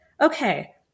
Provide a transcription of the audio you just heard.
okay